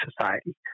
society